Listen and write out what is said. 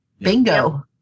Bingo